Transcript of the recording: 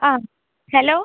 ആ ഹലോ